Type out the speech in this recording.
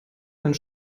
einen